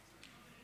לרשותך,